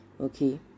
okay